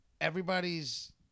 everybody's